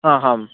आ हां